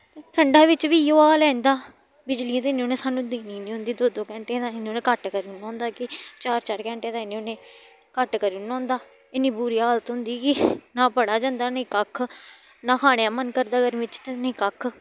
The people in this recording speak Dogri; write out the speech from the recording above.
ठंडा बिच्च बी इ'यो हाल ऐ इं'दा बिजली ते उ'नें सानूं देनी निं होंदी दो दो घैंटे ते उ'नें कट्ट करी ओड़ना होंदा कि चार चार घैंटे दे उ'नें कट्ट करी ओड़ना होंदा इन्नी बुरी हालत होंदी कि ना पढ़ेआ जंदा ना कक्ख ना खाने दा मन करदा गर्मियें बिच्च ना कक्ख